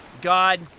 God